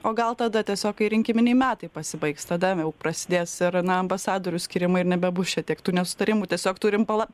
o gal tada tiesiog kai rinkiminiai metai pasibaigs tada jau prasidės ir na ambasadorių skyrimai ir nebebus čia tiek tų nesutarimų tiesiog turim pala